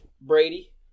Brady